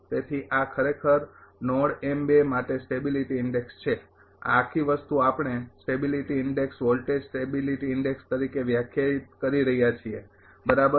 તેથી આ ખરેખર નોડ માટે સ્ટેબિલીટી ઇન્ડેક્ષ છે આ આખી વસ્તુ આપણે stability index voltage stability index તરીકે વ્યાખ્યાયિત કરી રહ્યા છીએ બરાબર